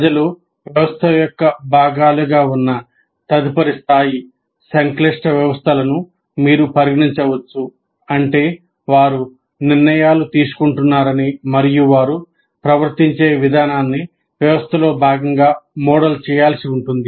ప్రజలు వ్యవస్థ యొక్క భాగాలుగా ఉన్న తదుపరి స్థాయి సంక్లిష్ట వ్యవస్థలను మీరు పరిగణించవచ్చు అంటే వారు నిర్ణయాలు తీసుకుంటున్నారని మరియు వారు ప్రవర్తించే విధానాన్ని వ్యవస్థలో భాగంగా మోడల్ చేయాల్సి ఉంటుంది